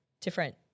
different